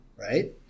Right